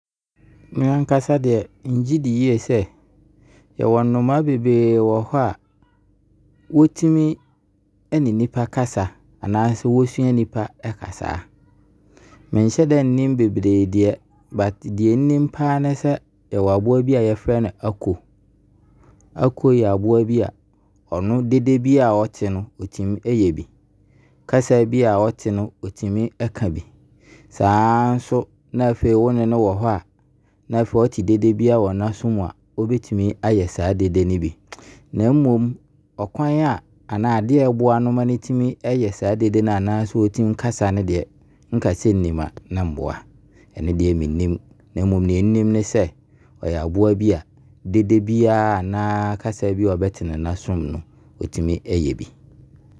Me ankasa deɛ, megyedi yie sɛ, yɛwɔ nnomaa bebree wɔ hɔ a, wɔtumi ɛne nipa kasa anaa sɛ wosua nipa kasaa. Menhyɛda nnim bebree deɛ, na deɛ, na deɛ nnim paa ne sɛ, yɛwɔ aboa bi a yɛfrɛ no Ako. Ako yɛ aboa bi a, ɔno, dede bi ara ɔte no ɔtumi ɛyɛ bi. Kasaa bi ara ɔte no, ɔtumi ɛka bi. Saa nso na afei wo ne no wɔ hɔ a, na afei ɔte dede bi wɔ n'aso mu, ɔbɛtumi ayɛ saa dede no bi. Na mmom, ɔkwan a anaa adeɛ a ɛboa no ma no tumi yɛ saa dede anaa ɔtumi ɛkasa no deɛ, nkasɛ nnim a ne mboa. Ɛno deɛ mennim. Na mmom deɛ nnim ne sɛ ɔyɛ aboa bi a dede bi a anaa kasaa bi a ɔbɛte no n'aso mu no ɔtumi ɛyɛ bi.